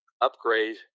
upgrade